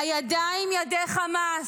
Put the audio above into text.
הידיים ידי חמאס,